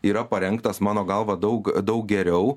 yra parengtas mano galva daug daug geriau